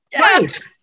Right